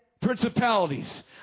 principalities